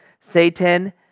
Satan